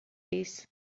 ace